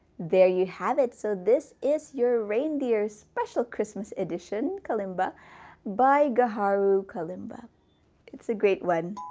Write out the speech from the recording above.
there you have it so this is your reindeer special christmas edition kalimba by gaharu kalimba it's a great one